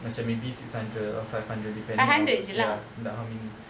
macam maybe six hundred or five hundred depending on ya dah how many